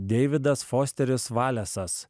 deividas fosteris valesas